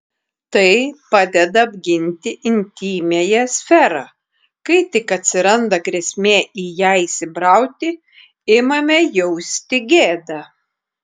tai padeda apginti intymiąją sferą kai tik atsiranda grėsmė į ją įsibrauti imame jausti gėdą